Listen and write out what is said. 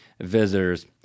visitors